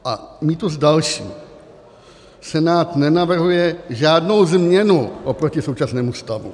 A mýtus další: Senát nenavrhuje žádnou změnu oproti současnému stavu.